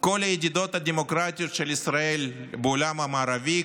כל הידידות הדמוקרטיות של ישראל בעולם המערבי,